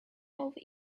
over